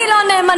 אני לא נאמנה.